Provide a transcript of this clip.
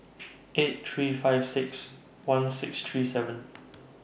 eight three five six one six three seven